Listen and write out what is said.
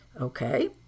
okay